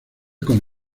con